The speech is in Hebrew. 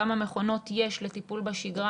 כמה מכונות יש לטיפול בשגרה,